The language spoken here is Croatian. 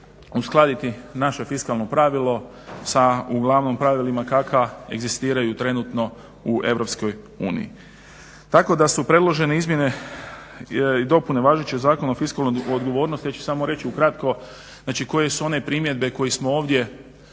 uskladiti naše fiskalno pravilo sa uglavnom pravilima kakva egzistiraju trenutno u EU. Tako da su predložene izmjene i dopune u važećem Zakonu o fiskalnoj odgovornosti, ja ću samo reći u kratko, znači koje su one primjedbe koje smo ovdje